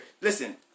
Listen